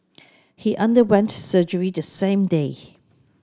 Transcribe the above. he underwent surgery the same day